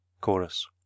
Chorus